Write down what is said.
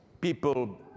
people